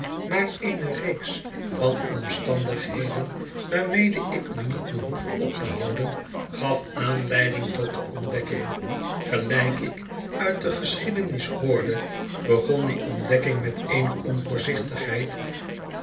maar eene reeks van omstandigheden waarmede ik u niet behoef op te houden gaf aanleiding tot de ontdekking gelijk ik uit de geschiedenis hoorde begon die ontdekking met eene onvoorzichtigheid